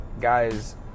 guys